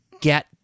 get